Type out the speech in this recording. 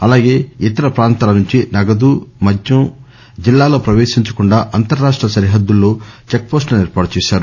అలాగే ఇతర ప్రాంతాల నుంచి నగదు మద్యం జిల్లాలో ప్రవేశించకుండా అంతర్ రాష్ట సరిహద్దుల్లో చెక్ పోస్టులను ఏర్పాటు చేశారు